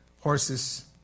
horses